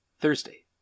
Thursday